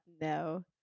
no